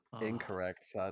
incorrect